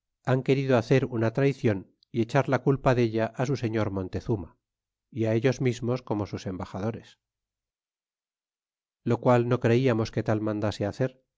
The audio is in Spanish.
han querido hacer una trairion y echar la culpa tlella á su señor mon tezuma é á ellos mismos como sus embaxadores lo qual no creiarnos que tal mandase hacer